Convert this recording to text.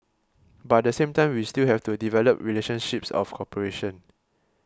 but at the same time we still have to develop relationships of cooperation